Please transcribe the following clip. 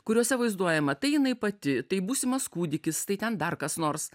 kuriuose vaizduojama tai jinai pati tai būsimas kūdikis tai ten dar kas nors